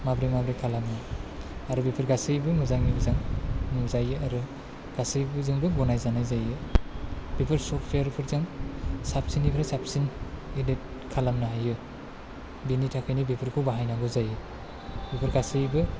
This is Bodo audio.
माब्रै माब्रै खालामो आरो बेफोर गासैबो मोजाङै मोजां नुजायो आरो गासैजोंबो ग'नाय जानाय जायो बेफोर सफ्टवेरफोरजों साबसिन निफ्राय साबसिन इदिट खालामनो हायो बेनि थाखायनो बेफोरखौ बाहायनांगौ जायो बेफोर गासैबो